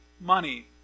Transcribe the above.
money